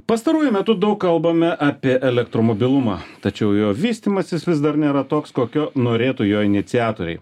pastaruoju metu daug kalbame apie elektromobilumą tačiau jo vystymasis vis dar nėra toks kokio norėtų jo iniciatoriai